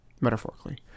metaphorically